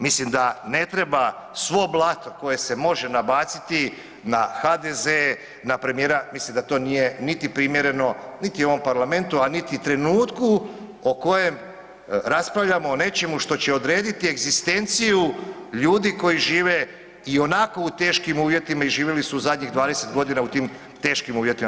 Mislim da ne treba svo blato koje se može nabaciti na HDZ, na premijera, mislim da to nije niti primjereno, niti ovom parlamentu, a niti trenutku o kojem raspravljamo o nečemu što će odrediti egzistenciju ljudi koji žive ionako u teškim uvjetima i živjeli su zadnjih 20 godina u tim teškim uvjetima.